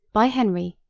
by henry,